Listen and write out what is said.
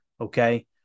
Okay